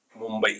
Mumbai